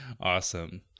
Awesome